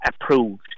approved